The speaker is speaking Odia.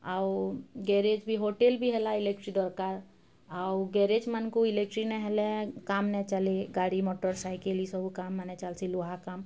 ଆଉ ଗ୍ୟାରେଜ୍ ବି ହୋଟେଲ ବି ହେଲା ଇଲେକ୍ଟ୍ରି ଦରକାର ଆଉ ଗ୍ୟାରେଜ୍ ମାନଙ୍କୁ ଇଲେକ୍ଟ୍ରି ନାହିଁ ହେଲେ କାମ ନାହିଁ ଚାଲି ଗାଡ଼ି ମୋଟର୍ ସାଇକେଲ ଇସବୁ କାମ ମାନେ ଚାଲିସି ଲୁହା କାମ